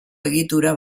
egitura